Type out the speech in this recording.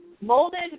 molded